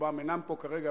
רובם אינם פה כרגע,